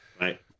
Right